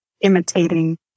imitating